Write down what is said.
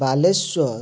Baleswar